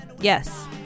Yes